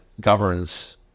governs